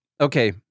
okay